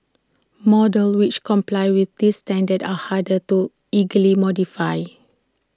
models which comply with this standard are harder to illegally modify